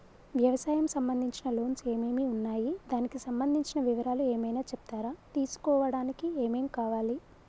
వ్యవసాయం సంబంధించిన లోన్స్ ఏమేమి ఉన్నాయి దానికి సంబంధించిన వివరాలు ఏమైనా చెప్తారా తీసుకోవడానికి ఏమేం కావాలి?